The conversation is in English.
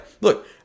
look